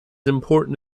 important